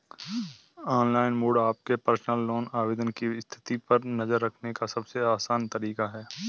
online mode आपके personal loan आवेदन की स्थिति पर नज़र रखने का सबसे आसान तरीका है